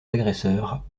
agresseurs